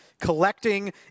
collecting